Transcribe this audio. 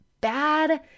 bad